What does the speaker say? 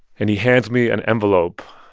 and he hands me an envelope